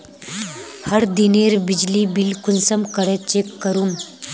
हर दिनेर बिजली बिल कुंसम करे चेक करूम?